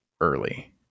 early